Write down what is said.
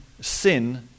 sin